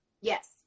Yes